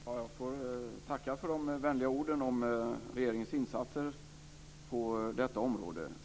Fru talman! Jag får tacka för de vänliga orden om regeringens insatser på detta område.